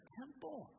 temple